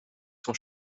son